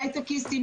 להייטקיסטים,